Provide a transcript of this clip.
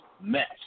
mess